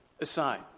aside